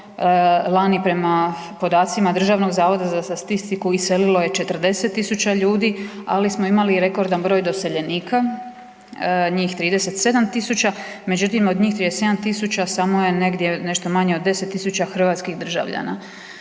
lani prema podacima Državnog zavoda za statistiku iselilo je 40 tisuća ljudi, ali smo imali i rekordan broj doseljenika, njih 37 tisuća, međutim, od njih 37 tisuća, samo je negdje nešto manje od 10 tisuća hrvatskih državljana.